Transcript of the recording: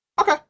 Okay